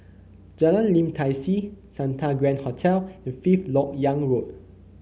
Jalan Lim Tai See Santa Grand Hotel and Fifth LoK Yang Road